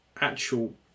actual